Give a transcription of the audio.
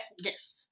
yes